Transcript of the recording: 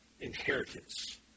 inheritance